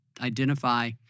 identify